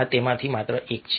આ તેમાંથી માત્ર એક છે